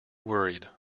worried